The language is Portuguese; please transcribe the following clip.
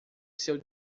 seu